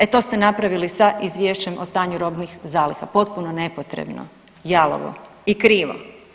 E to ste napravili sa izvješćem o stanju robnih zaliha potpuno nepotrebno, jalovo i krivo.